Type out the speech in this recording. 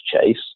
chase